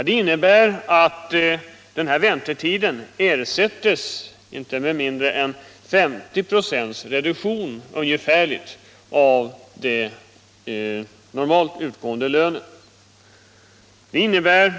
Och för den här väntetiden blir det inte mindre än ungefärligen en 50-procentig reduktion av den normalt utgående lönen.